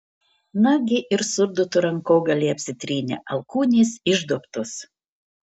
nagi ir surduto rankogaliai apsitrynę alkūnės išduobtos